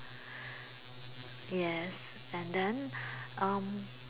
yes and then um